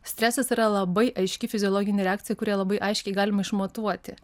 stresas yra labai aiški fiziologinė reakcija kurią labai aiškiai galima išmatuoti